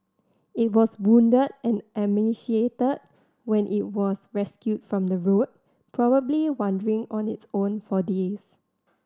it was wounded and emaciated when it was rescued from the road probably wandering on its own for days